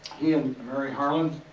he and mary harlan,